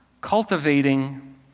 cultivating